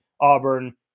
Auburn